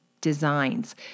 designs